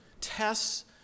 tests